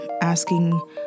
asking